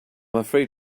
afraid